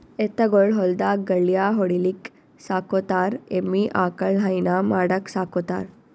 ಎತ್ತ್ ಗೊಳ್ ಹೊಲ್ದಾಗ್ ಗಳ್ಯಾ ಹೊಡಿಲಿಕ್ಕ್ ಸಾಕೋತಾರ್ ಎಮ್ಮಿ ಆಕಳ್ ಹೈನಾ ಮಾಡಕ್ಕ್ ಸಾಕೋತಾರ್